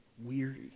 weary